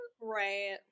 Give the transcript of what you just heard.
right